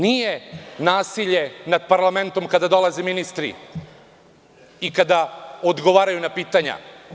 Nije nasilje nad parlamentom kada dolaze ministri i kada odgovaraju na pitanja.